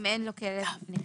אם אין לו כלב נחיה.